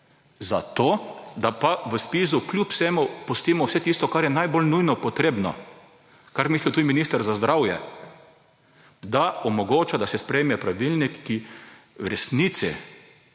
ven, da pa v ZPIZ kljub vsemu pustimo vse tisto, kar je najbolj nujno potrebno. Kar misli tudi minister za zdravje, da omogoča, da se sprejme pravilnik,